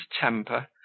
temper